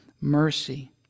mercy